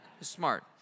Smart